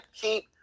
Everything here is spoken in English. keep